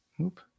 Oop